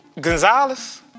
Gonzalez